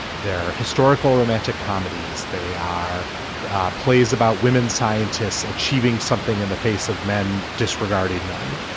there are historical romantic comedies they are plays about women scientists achieving something in the face of men disregarding them.